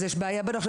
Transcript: אז יש בעיה בנוהל.